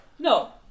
No